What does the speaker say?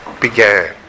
began